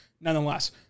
Nonetheless